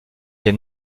ses